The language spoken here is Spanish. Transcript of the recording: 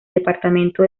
departamento